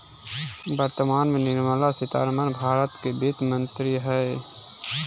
वर्तमान में निर्मला सीतारमण भारत के वित्त मंत्री हइ